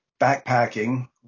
backpacking